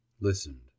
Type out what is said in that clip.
listened